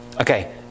Okay